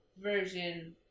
version